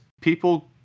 people